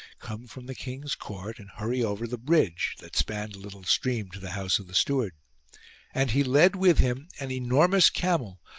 come from the king's court and hurry over the bridge, that spanned a little stream, to the house of the steward and he led with him an enormous camel,